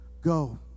Go